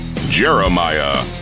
Jeremiah